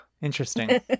Interesting